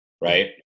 right